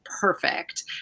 perfect